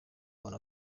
abona